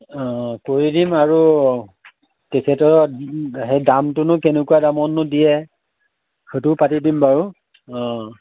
অঁ কৰি দিম আৰু তেখেতৰ সেই দামটোনো কেনেকুৱা দামতনো দিয়ে সেইটোও পাতি দিম বাৰু অঁ